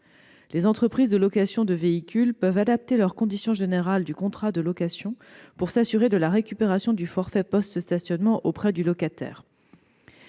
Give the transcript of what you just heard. Les entreprises de location de véhicules peuvent adapter les conditions générales des contrats de location pour s'assurer de la récupération du forfait post-stationnement auprès du locataire.